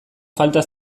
falta